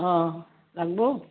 অঁ লাগব